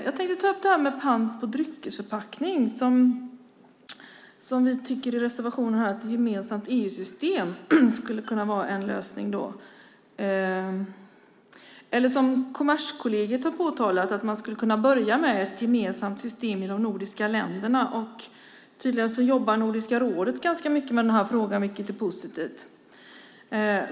Jag tänkte ta upp detta med pant på dryckesförpackningar, där vi i reservationen säger att ett gemensamt EU-system skulle kunna vara en lösning. Som Kommerskollegium har framhållit skulle man kunna börja med ett gemensamt system i de nordiska länderna. Tydligen jobbar Nordiska rådet ganska mycket med den här frågan, vilket är positivt.